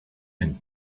and